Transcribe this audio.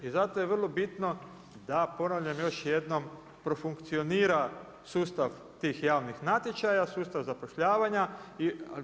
I zato je vrlo bitno da, ponavljam još jednom profunkcionira sustav tih javnih natječaja, sustav zapošljavanja.